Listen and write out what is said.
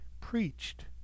preached